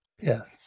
Yes